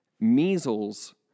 Measles